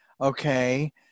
okay